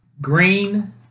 green